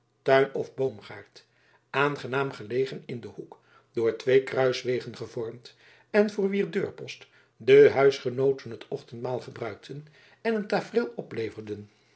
tuin of boomgaard aangenaam gelegen in den hoek door twee kruiswegen gevormd en voor wier deurpost de huisgenooten het ochtendmaal gebruikten en een tafereel opleverden